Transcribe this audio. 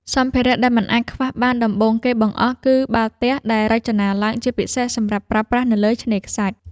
សម្ភារៈដែលមិនអាចខ្វះបានដំបូងគេបង្អស់ គឺបាល់ទះដែលរចនាឡើងជាពិសេសសម្រាប់ប្រើប្រាស់នៅលើឆ្នេរខ្សាច់។